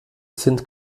sind